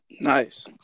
Nice